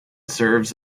serves